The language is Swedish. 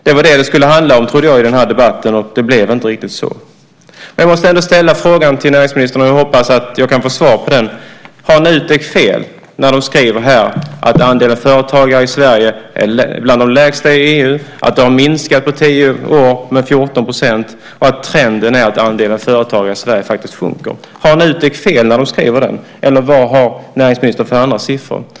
Det var det jag trodde debatten skulle handla om, och det blev inte riktigt så. Jag ställde frågor till näringsministern, och jag hoppas att jag kan få svar på dem. Har Nutek fel när man skriver att andelen företagare i Sverige är bland de lägsta i EU, har minskat på tio år med 14 % och att trenden är att andelen företagare i Sverige faktiskt sjunker. Har Nutek fel? Eller vad har näringsministern för andra siffror?